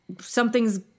something's